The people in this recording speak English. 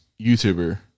YouTuber